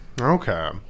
Okay